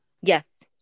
Yes